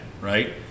right